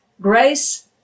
Grace